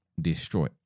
destroy